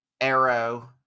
Arrow